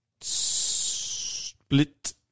split